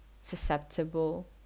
susceptible